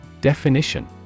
Definition